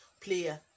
player